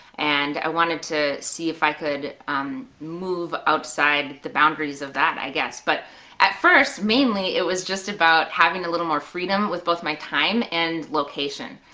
and i wanted to see if i could move outside of the boundaries of that i guess. but at first, mainly it was just about having a little more freedom with both my time and location.